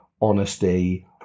honesty